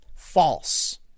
false